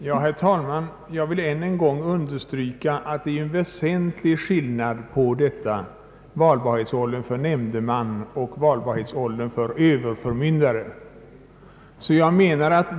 Herr talman! Jag vill än en gång understryka att det är en väsentlig skillnad på valbarhetsåldern för nämndeman och valbarhetsåldern för överför myndare.